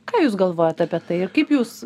ką jūs galvojat apie tai ir kaip jūs